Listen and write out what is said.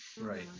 Right